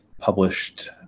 published